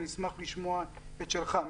אני אשמח לשמוע את שלך,